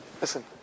Listen